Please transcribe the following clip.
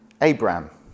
Abraham